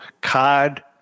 card